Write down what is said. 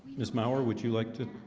miss mauer, would you like to